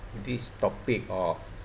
this topic of